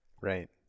Right